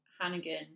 Hannigan